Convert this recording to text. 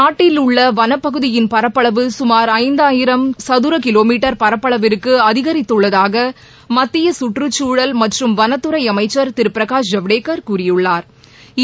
நாட்டில் உள்ள வனப்பகுதியின் பரப்பளவு சுமார் ஜயாயிரம் சதர கிலோ மீட்டர் பரப்பளவிற்கு அதிகித்துள்ளதாக மத்திய சுற்றுச்சூழல் மற்றும் வனத்துறை அமைச்சா் திரு பிரகாஷ் ஜவடேக்கா் கூறியுள்ளாா்